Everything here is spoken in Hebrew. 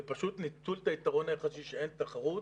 זה פשוט ניצול היתרון היחסי שאין תחרות,